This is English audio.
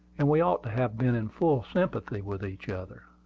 and we ought to have been in full sympathy with each other.